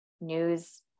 news